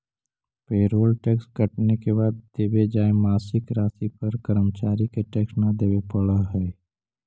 payroll tax कटने के बाद देवे जाए मासिक राशि पर कर्मचारि के टैक्स न देवे पड़ा हई